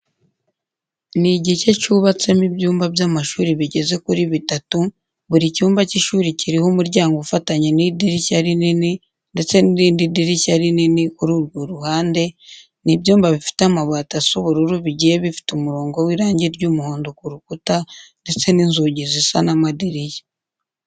Ni igice cyubatseho ibyumba by'amashuri bigeze kuri bitatu, buri cyumba cy'ishuri kiriho umuryango ufatanye n'idirishya rinini ndetse n'irindi dirishya rinini, kuri urwo ruhande, ni ibyumba bifite amabati asa ubururu bigiye bifite umurongo w'irangi ry'umuhondo ku rukuta ndetse n'inzugi siza n'amadirishya.